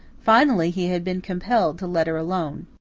finally, he had been compelled to let her alone.